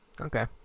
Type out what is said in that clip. Okay